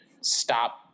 stop